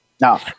Now